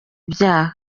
ibyaha